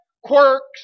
quirks